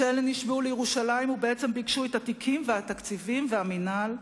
כשאלה נשבעו לירושלים ובעצם ביקשו את התיקים והתקציבים והמינהל,